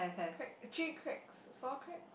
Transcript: crack three cracks four crack